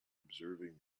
observing